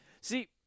See